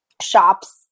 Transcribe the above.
Shops